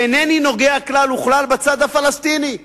ואינני נוגע כלל וכלל בצד הפלסטיני,